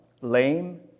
lame